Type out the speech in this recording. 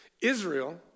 Israel